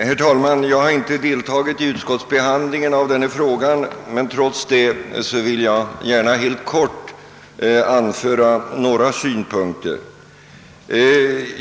Herr talman! Jag har inte deltagit i utskottsbehandlingen av detta ärende, men trots det vill jag gärna helt kort anföra några synpunkter.